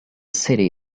city